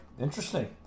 interesting